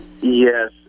Yes